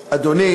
אתם, אדוני